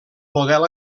model